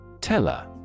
Teller